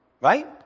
Right